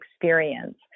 experience